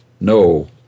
no